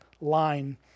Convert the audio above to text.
line